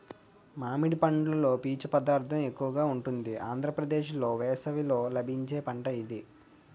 మామిడి పండులో పీచు పదార్థం ఎక్కువగా ఉంటుంది ఆంధ్రప్రదేశ్లో వేసవిలో లభించే పంట ఇది